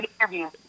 interview